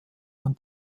man